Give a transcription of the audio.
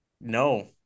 No